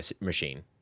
machine